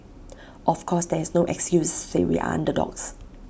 of course there is no excuses to say we are underdogs